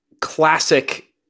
classic